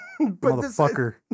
Motherfucker